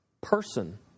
person